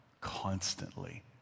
constantly